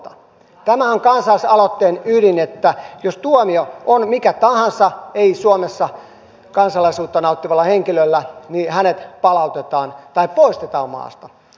tämähän on kansalaisaloitteen ydin että jos tuomio on mikä tahansa henkilöllä joka ei nauti suomessa kansalaisuutta niin hänet palautetaan tai poistetaan maasta